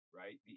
right